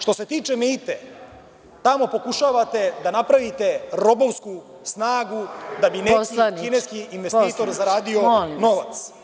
Što se tiče „Meite“, tamo pokušavate da napravite robovsku snagu, da bi neki kineski investitor zaradio novac.